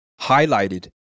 highlighted